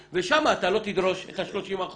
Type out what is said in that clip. ושם אתה לא תדרוש את ה-30%